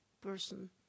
person